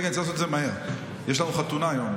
רגע, צריך לעשות את זה מהר, יש לנו חתונה היום.